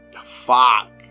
Fuck